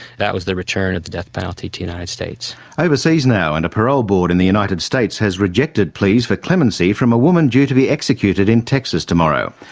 that was the return of the death penalty to the united states. overseas now and a parole board in the united states has rejected pleas for clemency from a woman due to be executed in texas tomorrow.